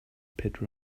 pit